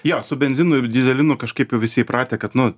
jo su benzinu ir dyzelinu kažkaip jau visi įpratę kad nu